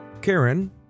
Karen